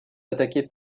attaquée